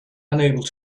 unable